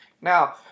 Now